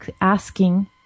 asking